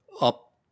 up